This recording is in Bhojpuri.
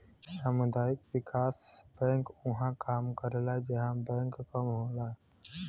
सामुदायिक विकास बैंक उहां काम करला जहां बैंक कम होला